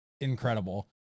incredible